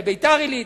ביתר-עילית.